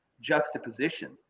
juxtaposition